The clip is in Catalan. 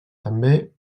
també